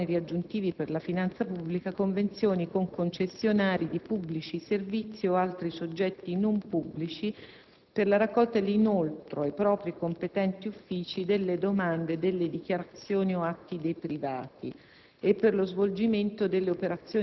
possa stipulare, senza oneri aggiuntivi per la finanza pubblica, convenzioni con concessionari di pubblici servizi o altri soggetti non pubblici per la raccolta e l'inoltro ai propri competenti uffici delle domande e delle dichiarazioni o atti dei privati